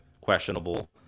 questionable